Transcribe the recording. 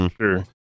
Sure